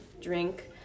drink